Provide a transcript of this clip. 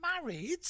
married